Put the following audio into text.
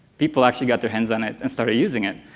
people actually got their hands on it and started using it,